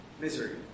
misery